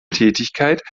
tätigkeit